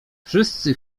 wszyscy